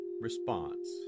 response